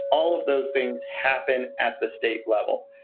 all of those things happen at the state level.